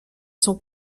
son